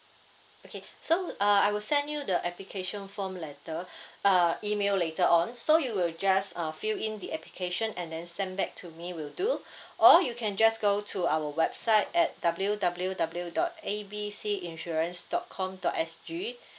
okay so uh I will send you the application form later uh email later on so you will just uh fill in the application and then send back to me will do or you can just go to our website at W_W_W dot A B C insurance dot com dot S_G